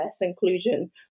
inclusion